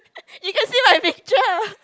you can see my picture